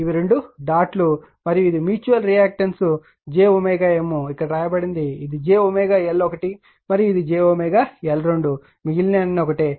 ఇవి రెండు డాట్ లు మరియు ఇది మ్యూచువల్ రియాక్టన్స్ jM ఇది ఇక్కడ వ్రాయబడింది ఇది j L1 మరియు ఇది నేరుగా j L2 మిగిలినవి ఒకటే